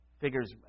figures